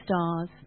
stars